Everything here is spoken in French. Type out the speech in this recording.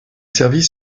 services